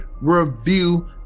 Review